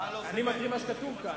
אני מקריא מה שכתוב כאן.